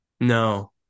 No